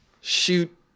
shoot